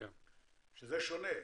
שזה שונה.